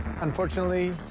Unfortunately